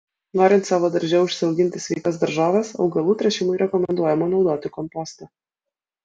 norint savo darže užsiauginti sveikas daržoves augalų tręšimui rekomenduojama naudoti kompostą